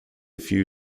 few